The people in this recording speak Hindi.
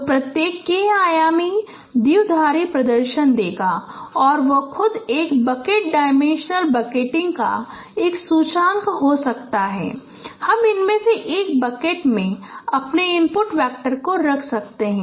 तो प्रत्येक K आयामी द्विआधारी प्रदर्शन देगा और वह खुद एक बकेट मल्टीडायमेंशनल बकेटिंग का एक सूचकांक हो सकता है और हम इनमें से एक बकेट में अपने इनपुट वेक्टर को रख सकते हैं